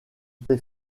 t’ai